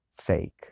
sake